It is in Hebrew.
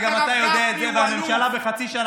אתה איש חכם,